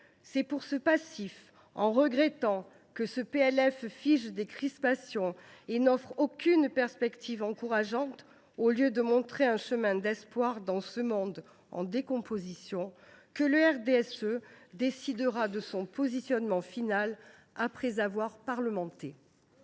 fait de ce passif, et tout en regrettant que ce PLF fige des crispations et n’offre aucune perspective encourageante, au lieu de montrer un chemin d’espoir dans ce monde en décomposition, le RDSE décidera de son positionnement final après avoir parlementé.